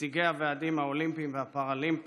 נציגי הוועדים האולימפיים והפראלימפיים,